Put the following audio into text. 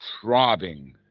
throbbing